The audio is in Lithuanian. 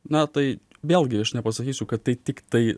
na tai vėlgi aš nepasakysiu kad tai tiktai